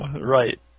Right